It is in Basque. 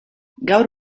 gaur